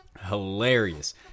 Hilarious